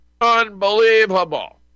Unbelievable